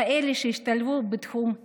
ויש אף כאלה שהשתלבו בתחומי העיתונאות,